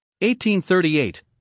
1838